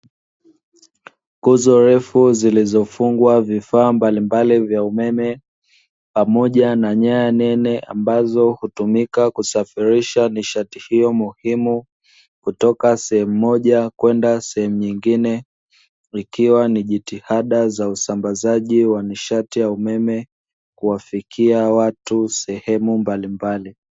Nguzo refu zilizofungwa vifaa mbalimbali vya umeme pamoja na nyaya nene ambazo hutumika kusafirisha nishati hiyo muhimu kutoka sehemu moja kwenda sehemu nyingine, ikiwa ni jitihada za usambazaji wa nishati ya umeme kuwafikia watu sehemu mbalimbali.